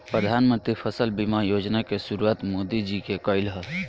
प्रधानमंत्री फसल बीमा योजना के शुरुआत मोदी जी के कईल ह